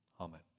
Amen